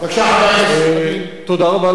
תודה רבה לך.